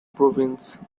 province